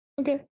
okay